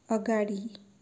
अगाडि